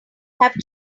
have